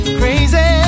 crazy